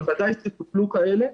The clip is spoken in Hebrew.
אבל בוודאי שטופלו כאלה.